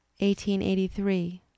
1883